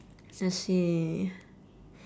let's see